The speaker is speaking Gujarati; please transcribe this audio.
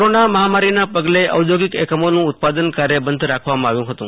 કોરોના મહામારીના પગલે ઔદ્યોગિક એકમોનું ઉત્પાદન કાર્ય બંધ રાખવામાં આવ્યું હતું